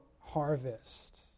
harvest